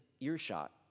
earshot